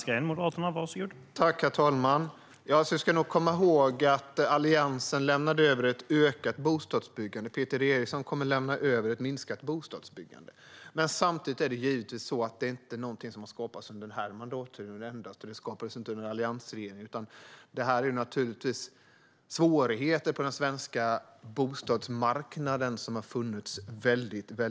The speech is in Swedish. Herr talman! Låt oss komma ihåg att Alliansen lämnade över ett ökat bostadsbyggande. Peter Eriksson kommer att lämna över ett minskat bostadsbyggande. Samtidigt är det givetvis så att bostadsunderskottet inte har skapats under denna mandatperiod eller under alliansregeringen, utan dessa svårigheter på den svenska bostadsmarknaden har funnits länge.